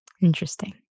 interesting